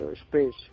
space